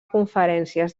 conferències